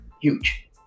huge